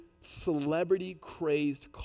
celebrity-crazed